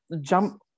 jump